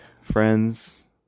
friends